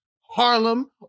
Harlem